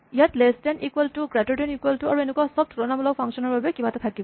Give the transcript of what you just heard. ইয়াত less than equal to greater than equal to আৰু এনেকুৱা চব তুলনামূলক ফাংচন ৰ বাবে কিবা এটা থাকিব